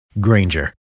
Granger